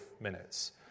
minutes